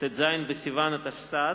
ט"ז בסיוון התשס"ט,